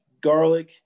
garlic